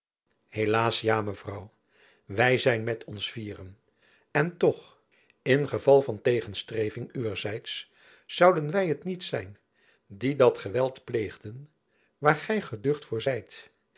helaas ja mevrouw wy zijn met ons vieren en toch in geval van tegenstreving uwerzijds zouden wy het niet zijn die dat geweld pleegden waar gy beducht voor zijt